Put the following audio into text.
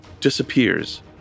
disappears